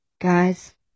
guys